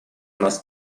нас